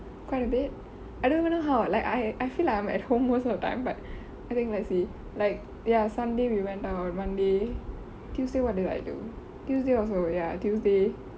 quite a bit I don't even know how like I I feel like I'm at home most of the time but I think let's see like ya sunday we went out monday tuesday what did I do tuesday also ya tuesday